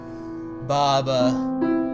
Baba